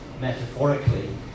metaphorically